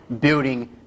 building